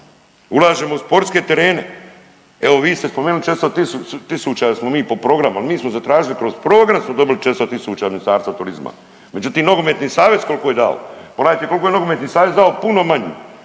Ulažemo u sportske terene, evo vi ste spomenuli 400.000 da smo mi po programu, ali mi smo zatražili kroz program smo dobili 400.000 od Ministarstva turizma, međutim Nogometni savez koliko je dao? Pogledajte koliko je nogometni savez dao, puno manje,